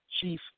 chief